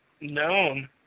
known